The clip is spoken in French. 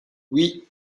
oui